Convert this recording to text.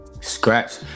scratch